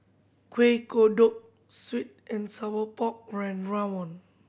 Kuih Kodok sweet and sour pork rawon